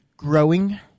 Growing